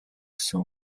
гэсэн